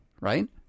right